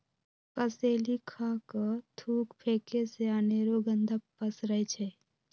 कसेलि खा कऽ थूक फेके से अनेरो गंदा पसरै छै